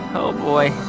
ah oh, boy.